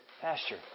pasture